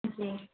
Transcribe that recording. जी